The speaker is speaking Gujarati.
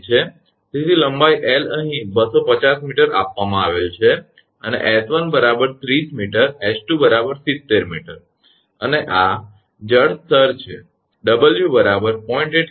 તેથી લંબાઈ L અહીં 250 𝑚 આપવામાં આવેલ છે ખરુ ને અને 𝑠1 30 𝑚 𝑠2 70 𝑚 અને આ જળ સ્તર છે અને 𝑊 0